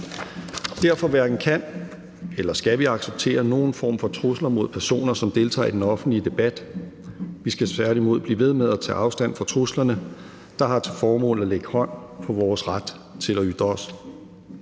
derfor hverken kan eller skal vi acceptere nogen form for trusler mod personer, som deltager i den offentlige debat. Vi skal tværtimod blive ved med at tage afstand fra truslerne, der har til formål at lægge hånd på vores ret til at ytre os.